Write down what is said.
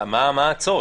מה הצורך?